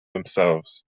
themselves